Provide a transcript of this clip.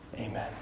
Amen